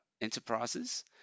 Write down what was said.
Enterprises